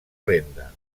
renda